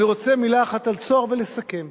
אני רוצה לומר מלה אחת על "צהר" ולסכם.